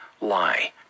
lie